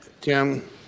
Tim